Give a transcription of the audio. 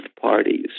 parties